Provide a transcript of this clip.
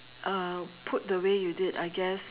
uh put the way you did I guess